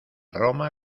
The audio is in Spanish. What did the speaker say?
roma